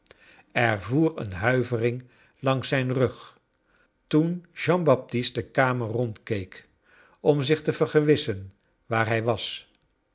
er voer een huivering langs zijn rug toen jean baptist de kamer rondkeek om zich te vergewissen waar hij was